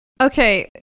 Okay